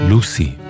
Lucy